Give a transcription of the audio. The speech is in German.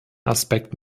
aspekt